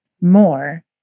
more